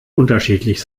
unterschiedlich